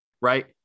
Right